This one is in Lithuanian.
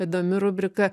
įdomi rubrika